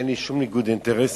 אין לי שום ניגוד אינטרסים,